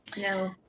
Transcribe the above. no